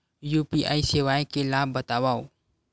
UPI सेवाएं के लाभ बतावव?